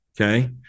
Okay